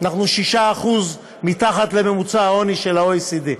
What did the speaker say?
אנחנו 6% מתחת לממוצע העוני של ה-OECD,